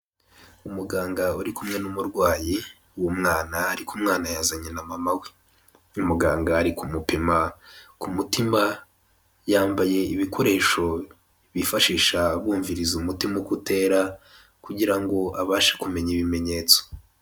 Umuganga uri kumwe n'umurwayi w'umwana ariko umwana yazanye na mama we. Umuganga ari kumupima ku mutima, yambaye ibikoresho bifashisha bumviriza umutima uko utera kugira ngo abashe kumenya ibimenyetso.